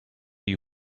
you